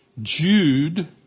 Jude